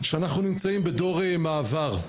שאנחנו נמצאים בדור מעבר.